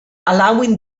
allowing